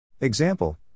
Example